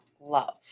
love